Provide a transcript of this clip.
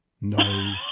No